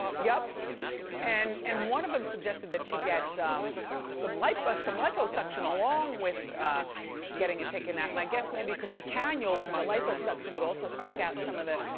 yup and and one of them suggested that she get some like but some liposuction along with getting it taken out. and i guess maybe cos the cannula from the liposuction would also suck out some of the